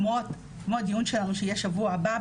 כמו הדיון שלנו שיהיה בשבוע הבא,